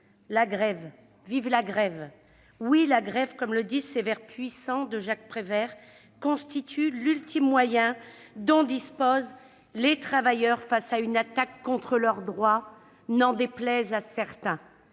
chers collègues, la grève, comme le disent ces vers puissants de Jacques Prévert, constitue l'ultime moyen dont disposent les travailleurs pour faire face à une attaque contre leurs droits, n'en déplaise à certains.